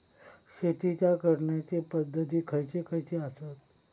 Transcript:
शेतीच्या करण्याचे पध्दती खैचे खैचे आसत?